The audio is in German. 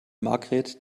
margret